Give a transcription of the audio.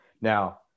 Now